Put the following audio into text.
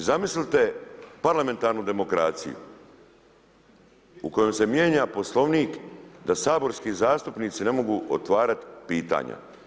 I zamislite parlamentarnu demokraciju u kojoj se mijenja Poslovnik da saborski zastupnici ne mogu otvarati pitanja.